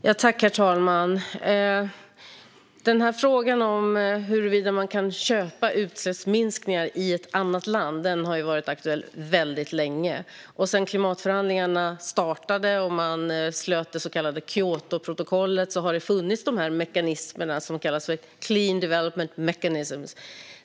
Herr talman! Frågan om huruvida man kan köpa utsläppsminskningar i ett annat land har varit aktuell väldigt länge. Sedan klimatförhandlingarna startade och man antog det så kallade Kyotoprotokollet har det funnits mekanismer som kallas för clean development mechanisms.